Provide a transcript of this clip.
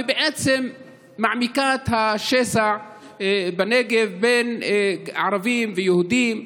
ובעצם מעמיקות את השסע בנגב בין ערבים ליהודים.